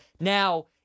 Now